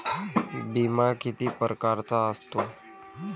बिमा किती परकारचा असतो?